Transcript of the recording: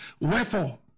Wherefore